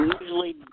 usually